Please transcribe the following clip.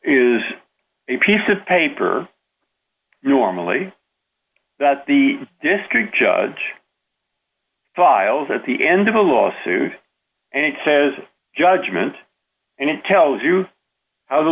is a piece of paper normally that the district judge files at the end of a lawsuit and it says judgment and it tells you how the